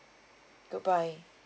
goodbye